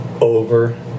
over